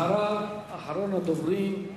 אחריו, אחרון הדוברים,